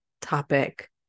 topic